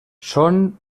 són